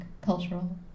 cultural